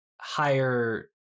higher